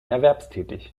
erwerbstätig